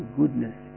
goodness